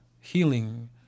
healing